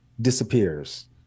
disappears